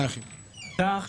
דבר